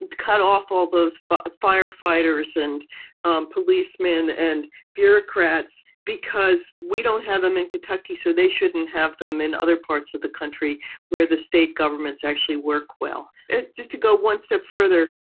and cut off all those but firefighters and um policemen and bureaucrats because we don't have them in kentucky. so they shouldn't have them in other parts of the country where the state governments actually work. well, just to go one step further.